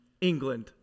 England